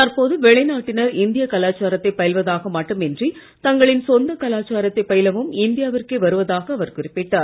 தற்போது வெளிநாட்டினர் இந்திய கலாச்சாரத்தை பயில்வதற்காக மட்டுமின்றி தங்களின் சொந்த கலாச்சாரத்தை பயிலவும் இந்தியாவிற்கே வருவதாக அவர் குறிப்பிட்டார்